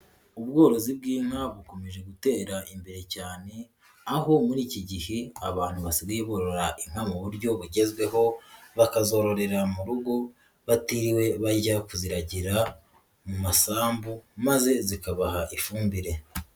Ubworozi bw'inka bukomeje gutera imbere cyane, aho muri iki gihe abantu basigaye burora inka mu buryo bugezweho, bakazororera mu rugo batiriwe bajya kuziragira mu masambu, maze zikabaha ifumbire.